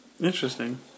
Interesting